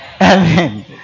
Amen